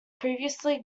previously